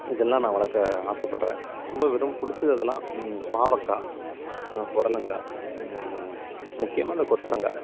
இதெல்லாம் நான் வளர்க்க ஆசைப்பட்றேன் ரொம்ப பிடிச்சது அதெல்லாம் பாவக்காய் புடலங்கா முக்கியமாக இந்த கொத்தவரங்கா